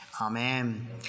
Amen